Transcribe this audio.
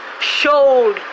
showed